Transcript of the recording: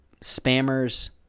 spammers